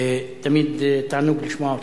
תמיד תענוג לשמוע אותך.